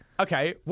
Okay